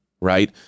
right